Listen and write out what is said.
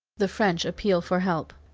the french appeal for help.